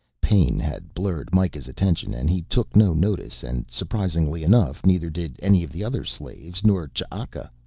pain had blurred mikah's attention and he took no notice and, surprisingly enough, neither did any of the other slaves nor ch'aka.